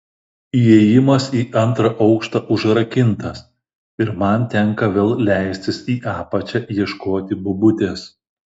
įėjimas į antrą aukštą užrakintas ir man tenka vėl leistis į apačią ieškoti bobutės